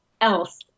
else